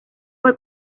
fue